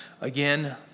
Again